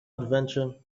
adventure